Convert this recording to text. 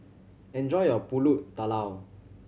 enjoy your Pulut Tatal